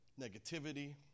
Negativity